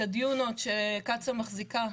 את הדיונות שקצא"א מחזיקה,